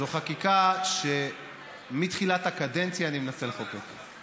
זו חקיקה שמתחילת הקדנציה אני מנסה לחוקק.